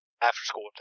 after-school